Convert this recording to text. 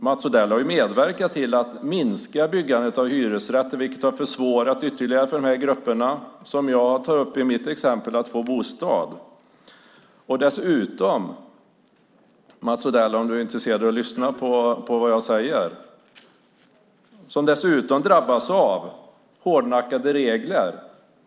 Mats Odell har medverkat till att minska byggandet av hyresrätter, vilket gjort det än svårare för de grupper som jag tar upp i mitt exempel att få bostad. Dessutom - om Mats Odell är intresserad av att lyssna på vad jag säger - drabbas de av hårdnackade regler.